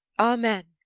amen!